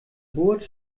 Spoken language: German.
burj